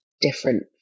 different